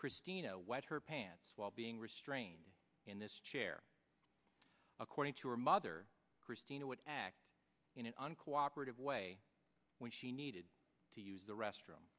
christina white her pants while being restrained in this chair according to her mother christina would act in an uncooperative way when she needed to use the restroom